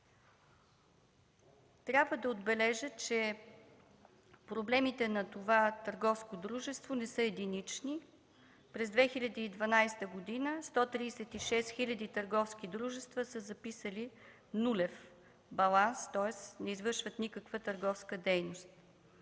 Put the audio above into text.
Трябва да отбележа, че проблемите на това търговско дружество не са единични. През 2012 г. 136 хиляди търговски дружества са записали нулев баланс, тоест не извършват никаква търговска дейност.